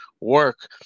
work